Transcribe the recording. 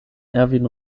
erwin